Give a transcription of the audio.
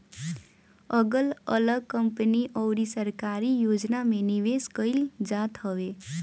अगल अलग कंपनी अउरी सरकारी योजना में निवेश कईल जात हवे